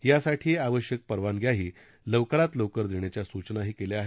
यासाठी आवश्यक परवानग्याही लवकरात लवकरच देण्याच्या सुचनाही करण्यात आल्या आहेत